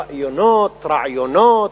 ראיונות, רעיונות,